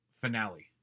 finale